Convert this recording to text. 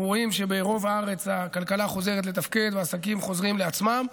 אנחנו רואים שברוב הארץ הכלכלה חוזרת לתפקד והעסקים חוזרים לעצמם,